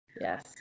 Yes